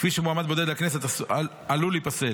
כפי שמועמד בודד לכנסת עשוי להיפסל